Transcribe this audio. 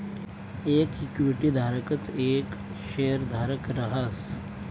येक इक्विटी धारकच येक शेयरधारक रहास